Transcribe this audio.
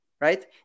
right